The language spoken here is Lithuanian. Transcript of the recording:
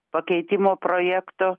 pakeitimo projekto